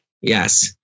Yes